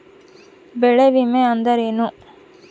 ಬೆಳೆ ವಿಮೆ ಅಂದರೇನು?